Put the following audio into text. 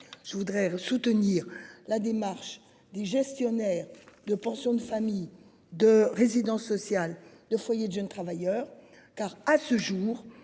Je voudrais soutenir la démarche des gestionnaires de pension de famille de résidences sociales de foyers de jeunes travailleurs car à ce jour